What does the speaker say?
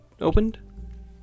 opened